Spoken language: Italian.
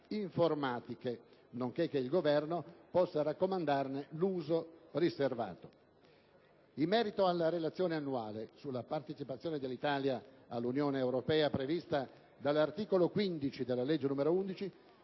informatiche, nonché che il Governo possa raccomandarne l'uso riservato. In merito alla Relazione annuale sulla partecipazione dell'Italia all'Unione europea, prevista dall'articolo 15 della legge n. 11